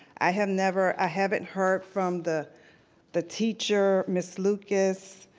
i have never, i haven't heard from the the teacher, ms. lucas,